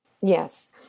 Yes